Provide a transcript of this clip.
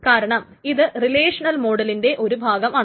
കാരണം ഇത് റിലേഷണൽ മോഡലിന്റെ ഒരു ഭാഗമാണ്